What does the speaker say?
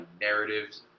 narratives